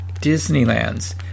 Disneyland's